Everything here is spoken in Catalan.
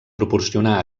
proporcionar